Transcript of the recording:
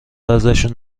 ازشون